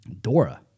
Dora